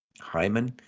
Hyman